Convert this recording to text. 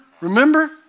remember